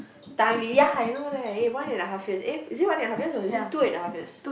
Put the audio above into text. ya I know right eh one and a half years eh is it one and a half years or is it two and a half years